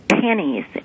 pennies